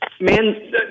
Man